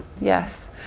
Yes